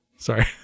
Sorry